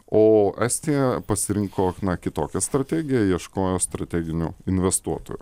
o estija pasirinko kitokią strategiją ieškojo strateginių investuotojų